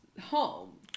home